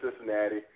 Cincinnati